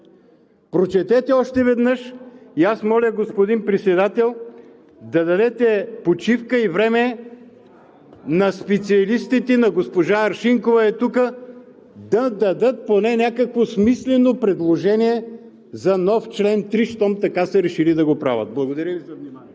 Прочетете още веднъж. И аз моля, господин Председател, да дадете почивка и време на специалистите, госпожа Аршинкова е тук, да дадат поне някакво смислено предложение за нов чл. 3, щом така са решили да го правят. Благодаря Ви за вниманието.